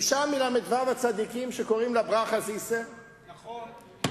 אשה מל"ו הצדיקים שקוראים לה ברכה זיסר, נכון.